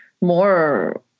more